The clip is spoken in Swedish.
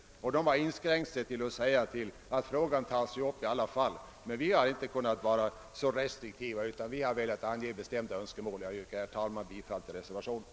Majoriteten har inskränkt sig till att uttala att frågan tas upp under alla omständigheter, men vi reservanter har inte velat vara så restriktiva, utan vi har velat ange bestämda önskemål. Jag yrkar, herr talman, bifall till reservationen.